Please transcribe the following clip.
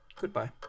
goodbye